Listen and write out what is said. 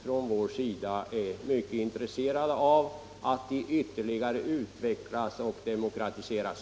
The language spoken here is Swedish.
Från vår sida är vi mycket intresserade av att olika boendeformer ytterligare utvecklas och demokratiseras.